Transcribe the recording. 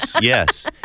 Yes